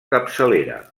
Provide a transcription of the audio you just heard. capçalera